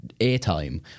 airtime